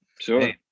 Sure